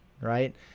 right